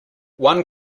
one